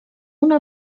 una